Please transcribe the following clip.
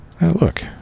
look